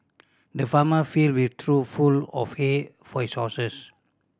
the farmer filled trough full of hay for his horses